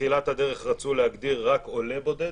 בתחילת הדרך רצו להגדיר רק עולה בודד,